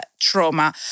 trauma